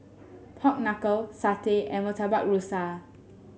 Pork Knuckle satay and Murtabak Rusa